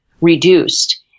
Reduced